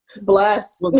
Bless